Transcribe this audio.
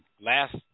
last